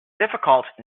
difficult